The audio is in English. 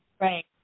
right